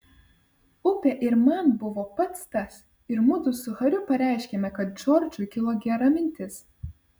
upė ir man buvo pats tas ir mudu su hariu pareiškėme kad džordžui kilo gera mintis